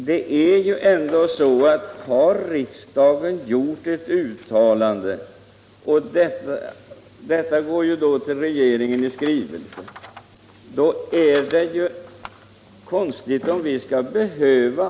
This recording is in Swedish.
Herr talman! Utskottets ordförande undrar om det verkligen skall vara nödvändigt att år efter år upprepa för regeringen de uttalanden som vi gör. Ja, jag anser att med den regering vi har är det nödvändigt!